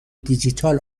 دیجیتال